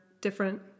different